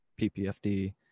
PPFD